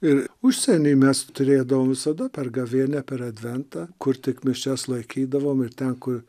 ir užsieny mes turėdavom visada per gavėnią per adventą kur tik mišias laikydavom ir ten kur